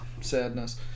sadness